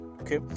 okay